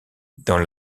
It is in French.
dans